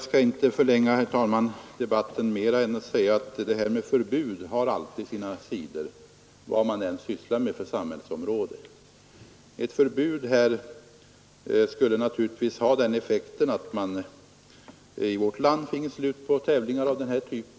Herr talman! Förbud har alltid sina sidor vilket samhällsområde det än gäller. Ett förbud här skulle naturligtvis ha den effekten att vi i vårt land finge slut på tävlingar av denna typ.